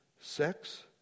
Sex